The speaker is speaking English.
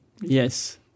Yes